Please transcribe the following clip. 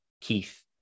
Keith